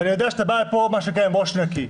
אני יודע שאתה בא לכאן עם ראש נקי.